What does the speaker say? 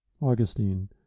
Augustine